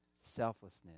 selflessness